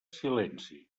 silenci